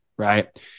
Right